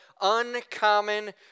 Uncommon